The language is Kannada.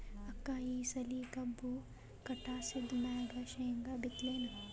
ಅಕ್ಕ ಈ ಸಲಿ ಕಬ್ಬು ಕಟಾಸಿದ್ ಮ್ಯಾಗ, ಶೇಂಗಾ ಬಿತ್ತಲೇನು?